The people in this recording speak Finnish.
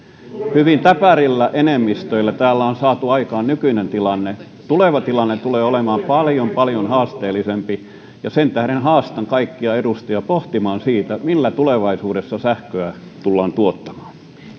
hyvin täpärillä enemmistöillä täällä on saatu aikaan nykyinen tilanne tuleva tilanne tulee olemaan paljon paljon haasteellisempi ja sen tähden haastan kaikkia edustajia pohtimaan sitä millä tulevaisuudessa sähköä tullaan tuottamaan